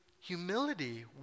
humility